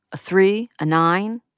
a three, a nine?